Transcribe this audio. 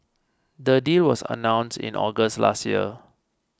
the deal was announced in August last year